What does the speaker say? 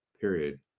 period